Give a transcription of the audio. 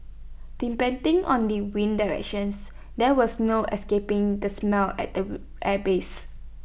depending on the wind directions there was no escaping the smell at the airbase